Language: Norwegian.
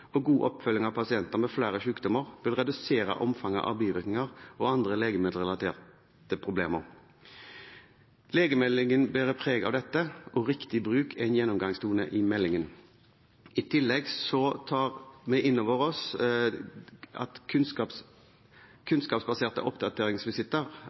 og god oppfølging av pasienter med flere sykdommer vil redusere omfanget av bivirkninger og andre legemiddelrelaterte problemer. Legemiddelmeldingen bærer preg av dette, og riktig bruk er en gjennomgangstone i meldingen. I tillegg tar vi inn over oss at